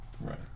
Right